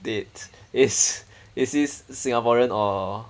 date is is he singaporean or